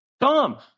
Tom